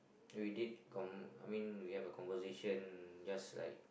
then we did con~ I mean we have a conversation just like